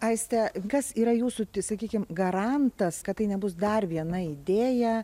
aiste kas yra jūsų sakykim garantas kad tai nebus dar viena idėja